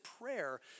prayer